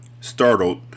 Startled